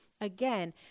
Again